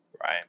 Right